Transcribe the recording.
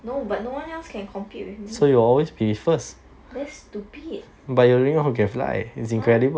no but no one else can compete with me that's stupid !huh!